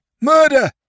murder